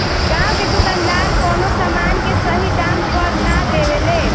गांव के दुकानदार कवनो समान के सही दाम पर ना देवे ले